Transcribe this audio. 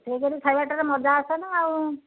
ସେଇପରି ଖାଇବାଟାରେ ମଜା ଆସେନା ଆଉ